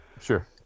Sure